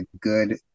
good